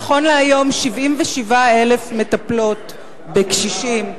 נכון להיום 77,000 מטפלות בקשישים,